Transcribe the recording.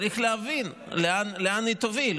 צריך להבין לאן היא תוביל.